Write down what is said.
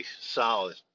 solid